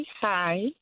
Hi